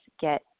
get